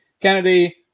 Kennedy